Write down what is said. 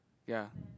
yea